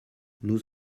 nous